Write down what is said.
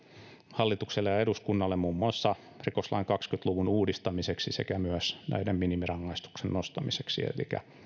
hallitukselle ja eduskunnalle muun muassa rikoslain kahdenkymmenen luvun uudistamiseksi sekä myös näiden minimirangaistuksien nostamiseksi elikkä